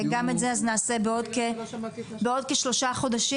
גם את זה נעשה בעוד כשלושה חודשים,